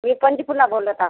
मी कंजीपूर्ला बोलत आहे